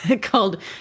Called